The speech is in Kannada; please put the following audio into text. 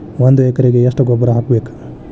ಒಂದ್ ಎಕರೆಗೆ ಎಷ್ಟ ಗೊಬ್ಬರ ಹಾಕ್ಬೇಕ್?